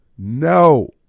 No